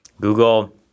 Google